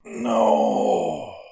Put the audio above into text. No